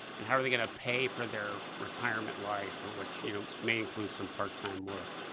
and how are they going to pay for their retirement life or which, you know, may include some part-time work?